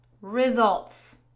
results